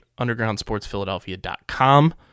undergroundsportsphiladelphia.com